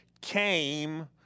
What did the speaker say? came